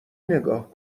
نگاه